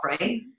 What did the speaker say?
right